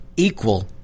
equal